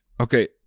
Okay